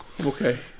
Okay